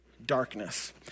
Darkness